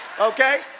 Okay